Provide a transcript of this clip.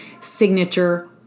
signature